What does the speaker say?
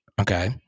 Okay